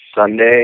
Sunday